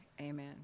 amen